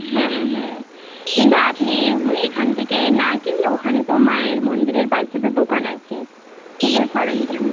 হ্যাঁ হ্যাঁ কিন্তু আপনি এখান থেকে না কিনলে ওখানে তো মায়ের মন্দিরের পাশে তো দোকান আছে পুজোর সরঞ্জাম